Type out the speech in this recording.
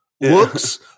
looks